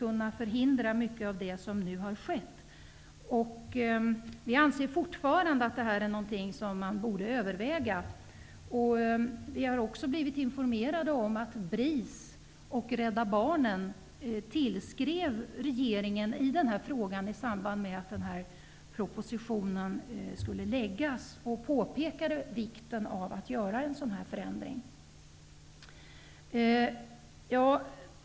Då skulle mycket av det som nu har skett faktiskt kunna förhindras. Vi anser fortfarande att det här är någonting som borde övervägas. Vi har också blivit informerade om att BRIS och Rädda barnen tillskrev regeringen i den här frågan, i samband med att den här propositionen skulle läggas fram, och påpekade vikten av att en sådan här förändring görs.